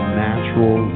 natural